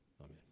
Amen